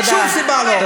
שום סיבה, לא.